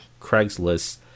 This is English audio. Craigslist